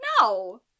No